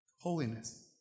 Holiness